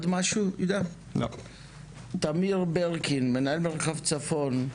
תמיד ברקין, מנהל מרחב צפון.